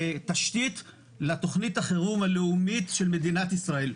כתשתית לתכנית החירום הלאומית של מדינת ישראל.